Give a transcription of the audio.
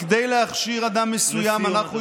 לסיום, אדוני.